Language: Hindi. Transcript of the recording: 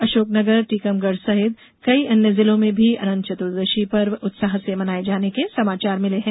अशोकनगर टीकमगढ़ सहित कई अन्य जिलों में भी अनंत चतुदर्शी पर्व उत्साह से मनाए जाने के समाचार मिले हैं